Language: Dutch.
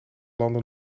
landen